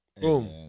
Boom